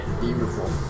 Beautiful